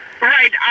right